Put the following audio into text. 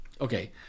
Okay